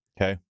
Okay